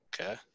Okay